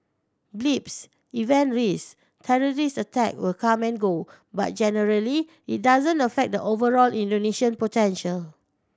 blips event risk terrorist attack will come and go but generally it doesn't affect the overall Indonesian potential